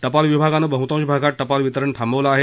टपाल विभागाने बहुतांश भागात टपाल वितरण थांबवलं आहे